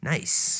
Nice